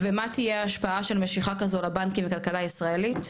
ומה תהיה ההשפעה של משיכה כזו לבנקים ולכלכלה הישראלית?